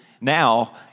now